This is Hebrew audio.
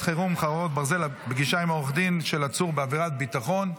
חירום (חרבות ברזל) (פגישה עם עורך דין של עצור בעבירת ביטחון)